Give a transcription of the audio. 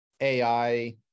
ai